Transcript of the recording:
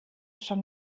schon